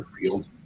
field